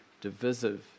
divisive